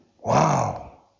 Wow